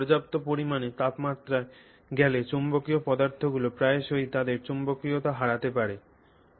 সুতরাং পর্যাপ্ত পরিমাণে তাপমাত্রায় গেলে চৌম্বকীয় পদার্থগুলি প্রায়শই তাদের চৌম্বকীয়তা হারাতে পারে